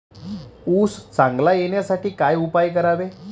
ऊस चांगला येण्यासाठी काय उपाय करावे?